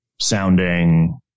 sounding